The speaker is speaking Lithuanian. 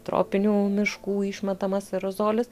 tropinių miškų išmetamas aerozolis